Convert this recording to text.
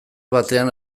batean